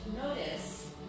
notice